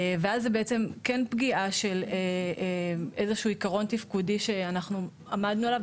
ואז זה בעצם כן פגיעה של איזשהו עיקרון תפקודי שאנחנו עמדנו עליו,